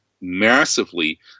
massively